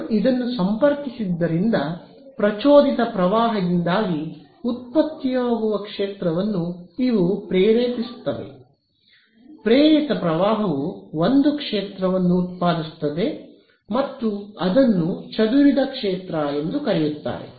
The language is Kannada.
ನಾನು ಇದನ್ನು ಸಂಪರ್ಕಿಸಿದ್ದರಿಂದ ಪ್ರಚೋದಿತ ಪ್ರವಾಹದಿಂದಾಗಿ ಉತ್ಪತ್ತಿಯಾಗುವ ಕ್ಷೇತ್ರವನ್ನು ಇವು ಪ್ರೇರೇಪಿಸುತ್ತವೆ ಪ್ರೇರಿತ ಪ್ರವಾಹವು ಒಂದು ಕ್ಷೇತ್ರವನ್ನು ಉತ್ಪಾದಿಸುತ್ತದೆ ಮತ್ತು ಅದನ್ನು ಚದುರಿದ ಕ್ಷೇತ್ರ ಎಂದು ಕರೆಯುತ್ತಾರೆ